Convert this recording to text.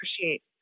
appreciate